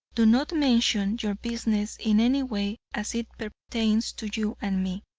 do not mention your business in any way as it pertains to you and me.